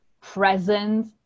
present